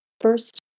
First